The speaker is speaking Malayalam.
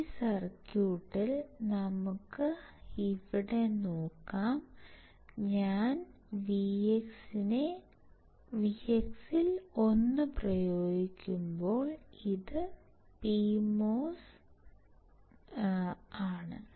ഈ സർക്യൂട്ടിൽ നമുക്ക് ഇവിടെ നോക്കാം ഞാൻ Vx 1 പ്രയോഗിക്കുമ്പോൾ ഇത് PMOS ആണ്